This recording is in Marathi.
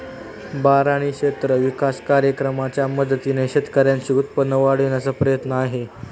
बारानी क्षेत्र विकास कार्यक्रमाच्या मदतीने शेतकऱ्यांचे उत्पन्न वाढविण्याचा प्रयत्न आहे